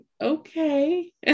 Okay